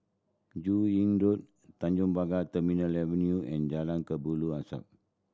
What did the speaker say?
Joo Yee Road Tanjong Pagar Terminal Avenue and Jalan Kelabu Asap